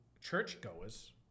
churchgoers